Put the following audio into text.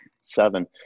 seven